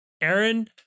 Aaron